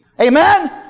Amen